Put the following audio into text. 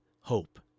hope